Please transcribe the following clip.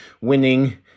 winning